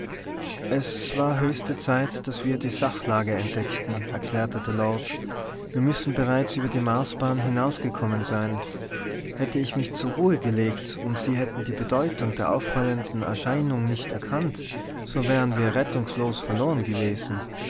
es war die höchste zeit daß wir die sachlage entdeckten erklärte der lord wir müssen bereits über die marsbahn hinausgekommen sein hätte ich mich zur ruhe gelegt und sie hätten die bedeutung der auffallenden erscheinung nicht erkannt so wären wir rettungslos verloren gewesen